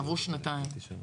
עברו שנתיים.